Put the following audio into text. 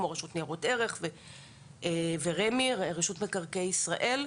כמו רשות ניירות ערך ורשות מקרקעי ישראל.